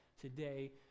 today